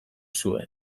zuen